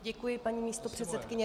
Děkuji, paní místopředsedkyně.